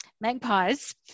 Magpies